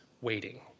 waiting